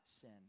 sin